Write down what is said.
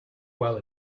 while